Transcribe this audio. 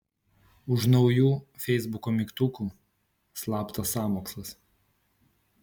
už naujų feisbuko mygtukų slaptas sąmokslas